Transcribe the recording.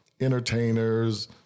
entertainers